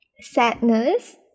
sadness